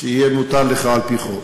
שיהיה מותר לך על-פי חוק.